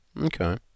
Okay